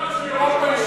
תאר לך,